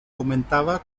augmentava